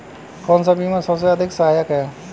कौन सा बीमा सबसे अधिक सहायक है?